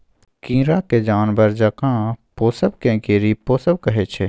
कीरा केँ जानबर जकाँ पोसब केँ कीरी पोसब कहय छै